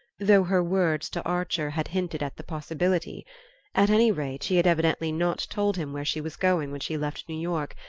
though her words to archer had hinted at the possibility at any rate, she had evidently not told him where she was going when she left new york,